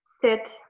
sit